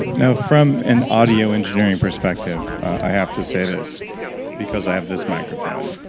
now, from an audio engineering perspective, i have to say this because i have this microphone.